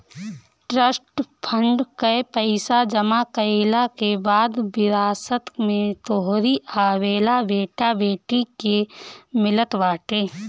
trust fund कअ पईसा जमा कईला के बाद विरासत में तोहरी आवेवाला बेटा बेटी के मिलत बाटे